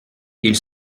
ils